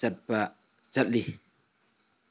ꯆꯠꯄ ꯆꯠꯂꯤ